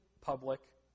public